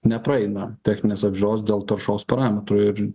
nepraeina techninės apžiūros dėl taršos parametrų ir